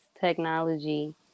technology